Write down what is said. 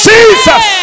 Jesus